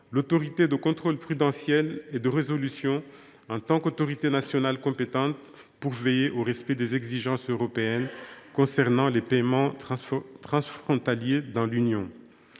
l’Autorité de contrôle prudentiel et de résolution (ACPR) comme autorité nationale compétente pour veiller au respect des exigences européennes concernant les paiements transfrontaliers dans l’Union.